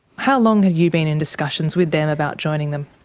how long had you been in discussions with them about joining them?